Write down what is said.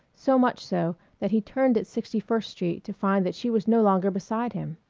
so much so that he turned at sixty-first street to find that she was no longer beside him.